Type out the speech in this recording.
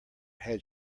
had